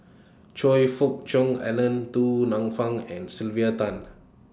Choe Fook Cheong Alan Du Nanfa and Sylvia Tan